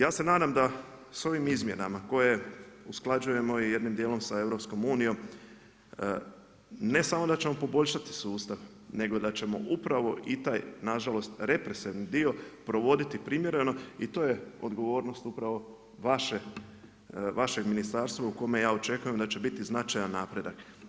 Ja se nadam da s ovim izmjenama koje usklađuje i jednim dijelom sa EU, ne samo da ćemo poboljšati sustava, nego da ćemo i taj nažalost, represivni dio provoditi primjereno i to je odgovornost upravo vašeg ministarstva u kojem ja očekujem da će biti značajan napredak.